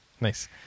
Nice